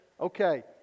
Okay